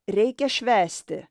reikia švęsti